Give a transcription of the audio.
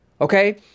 Okay